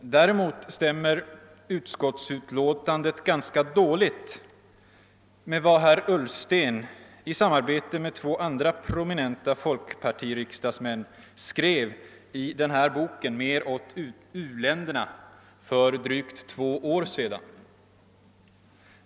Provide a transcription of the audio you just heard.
Däremot stämmer =<utskottsutlåtandet ganska dåligt med vad herr Ullsten i samarbete med två andra prominenta folkpartiriksdagsmän skrev i boken »Mer åt u-länderna» för drygt två år sedan.